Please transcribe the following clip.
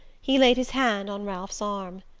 he laid his hand on ralph's arm.